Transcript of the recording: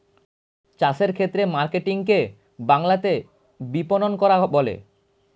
চাষের ক্ষেত্রে মার্কেটিং কে বাংলাতে বিপণন করা বলে